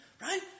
right